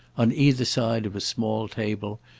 on either side of a small table,